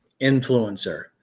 influencer